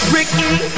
Ricky